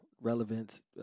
relevance